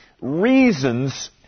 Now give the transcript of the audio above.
reasons